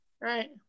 right